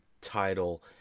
title